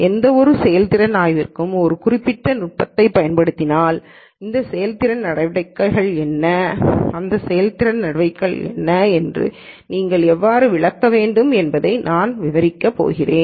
எந்தவொரு செயல்திறன் ஆய்விற்கும் ஒரு குறிப்பிட்ட நுட்பத்தைப் பயன்படுத்தினால் இந்த செயல்திறன் நடவடிக்கைகள் என்ன இந்த செயல்திறன் நடவடிக்கைகளை நீங்கள் எவ்வாறு விளக்க வேண்டும் என்பதை நான் விவரிக்கப் போகிறேன்